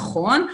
נכון,